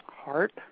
heart